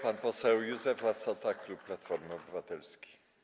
Pan poseł Józef Lassota, klub Platformy Obywatelskiej.